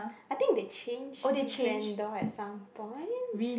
I think they changed vendor at some point